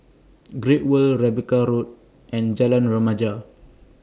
Great World Rebecca Road and Jalan Remaja